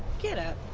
get up.